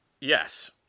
Yes